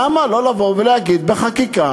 למה לא לבוא ולהגיד בחקיקה,